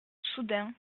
soudain